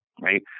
right